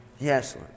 Yes